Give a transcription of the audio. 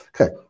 Okay